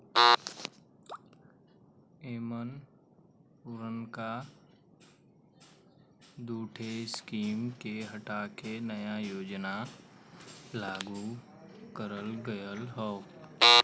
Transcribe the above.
एमन पुरनका दूठे स्कीम के हटा के नया योजना लागू करल गयल हौ